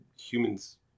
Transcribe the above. humans